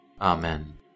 Amen